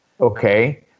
Okay